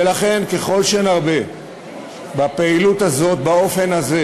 ולכן, ככל שנרבה בפעילות הזאת, באופן הזה,